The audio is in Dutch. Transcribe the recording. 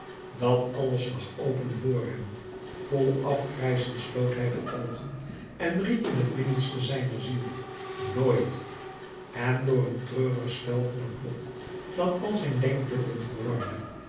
dat alles lag open voor hem vol afgrijzen sloot hij de oogen en riep in t binnenste zijner ziel nooit en door een treurig spel van het lot dat al zijn denkbeelden verwarde